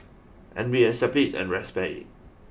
and we accept it and respect it